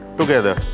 together